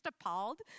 appalled